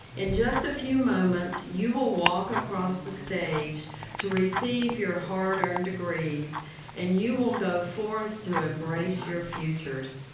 in just a few moments you will walk across this stage to receive your hard-earned degrees and you will go forth to embrace your futures.